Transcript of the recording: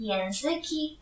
Języki